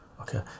okay